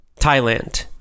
Thailand